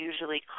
usually